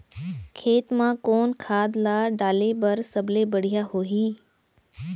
खेत म कोन खाद ला डाले बर सबले बढ़िया होही?